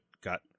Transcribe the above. got